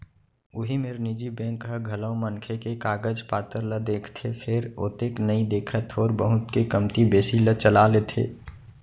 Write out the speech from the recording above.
उही मेर निजी बेंक ह घलौ मनखे के कागज पातर ल देखथे फेर ओतेक नइ देखय थोर बहुत के कमती बेसी ल चला लेथे